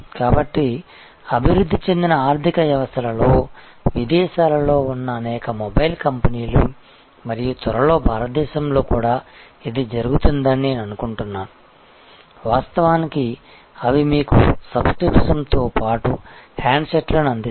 కాబట్టి అభివృద్ధి చెందిన ఆర్థిక వ్యవస్థలలో విదేశాలలో ఉన్న అనేక మొబైల్ కంపెనీలు మరియు త్వరలో భారతదేశంలో కూడా ఇది జరుగుతుందని నేను అనుకుంటున్నాను వాస్తవానికి అవి మీకు సబ్స్క్రిప్షన్ తో పాటు హ్యాండ్సెట్లను అందిస్తాయి